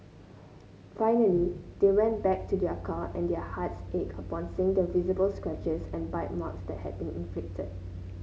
finally they went back to their car and their hearts ached upon seeing the visible scratches and bite marks that had been inflicted